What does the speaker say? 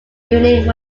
unique